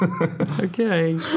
okay